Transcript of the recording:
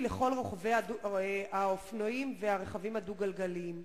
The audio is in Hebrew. לכל רוכבי האופנועים והרכבים הדו-גלגליים.